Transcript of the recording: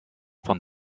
von